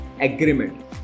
agreement